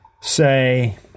say